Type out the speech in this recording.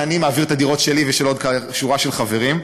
אני מעביר את הדירות שלי ושל עוד שורה של חברים.